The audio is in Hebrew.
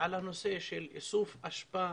על הנושא של איסוף אשפה